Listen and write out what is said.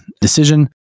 decision